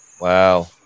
Wow